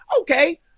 Okay